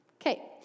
Okay